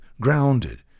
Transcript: grounded